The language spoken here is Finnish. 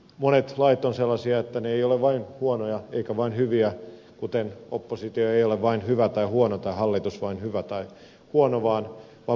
monet lait ovat sellaisia että ne eivät ole vain huonoja eikä vain hyviä kuten oppositio ei ole vain hyvä tai huono tai hallitus vain hyvä tai huono vaan molempia puolia on